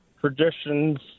traditions—